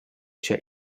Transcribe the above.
cha